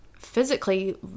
Physically